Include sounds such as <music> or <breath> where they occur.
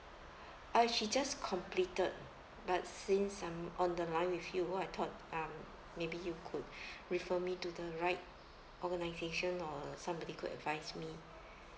uh she just completed but since I'm on the line with you I thought um maybe you could <breath> refer me to the right organisation or somebody could advise me